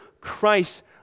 Christ